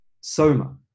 Soma